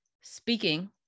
speaking